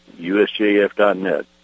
usjf.net